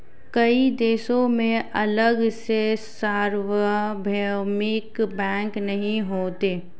कई देशों में अलग से सार्वभौमिक बैंक नहीं होते